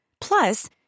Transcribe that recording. Plus